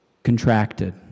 contracted